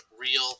real